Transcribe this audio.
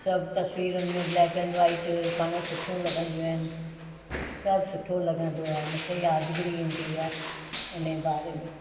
सभु तस्वीरूनि में ब्लैक एंड व्हाइट पाण सुठियूं लॻंदियूं आहिनि सभु सुठो लॻंदो आहे मूंखे यादिगिरी ईंदी आहे इनजे बारे में